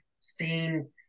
seen